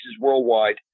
worldwide